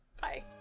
Bye